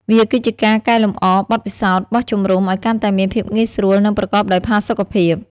វាគឺជាការកែលម្អបទពិសោធន៍បោះជំរុំឲ្យកាន់តែមានភាពងាយស្រួល និងប្រកបដោយផាសុកភាព។